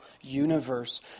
universe